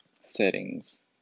settings